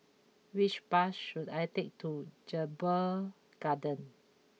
which bus should I take to Jedburgh Garden